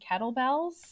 kettlebells